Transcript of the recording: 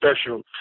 special